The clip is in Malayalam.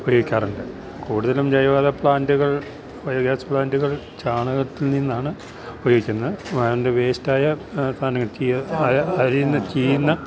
ഉപയോഗിക്കാറുണ്ട് കൂടുതലും ജൈവ വാതക പ്ലാൻറ്റുകൾ ബയോഗ്യാസ് പ്ലാൻറ്റുകൾ ചാണകത്തിൽ നിന്നാണ് ഉപയോഗിക്കുന്നത് അപ്പോള് അതിൻ്റെ വേസ്റ്റായ സാധനങ്ങൾ അലിയുന്ന ചീയ്യുന്ന